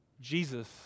Jesus